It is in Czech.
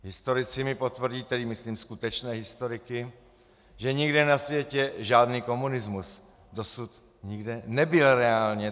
Historici mi potvrdí, tedy myslím skutečné historiky, že nikde na světě žádný komunismus dosud nikdy nebyl reálně.